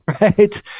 right